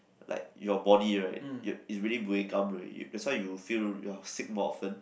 like your body right your is already buay gam already that's why you feel you are sick more often